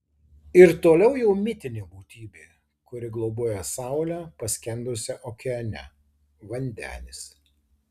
ir toliau jau mitinė būtybė kuri globoja saulę paskendusią okeane vandenis